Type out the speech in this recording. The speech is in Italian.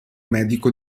medico